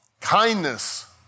kindness